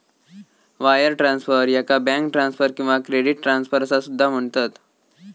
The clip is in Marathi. वायर ट्रान्सफर, याका बँक ट्रान्सफर किंवा क्रेडिट ट्रान्सफर असा सुद्धा म्हणतत